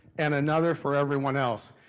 and another for everyone else.